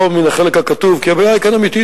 לא מן החלק הכתוב, כי הבעיה כאן היא אמיתית.